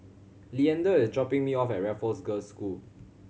Leander is dropping me off at Raffles Girls' School